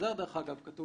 דרך אגב, בחוזר כתוב